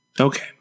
okay